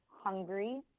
Hungry